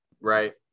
right